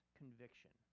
conviction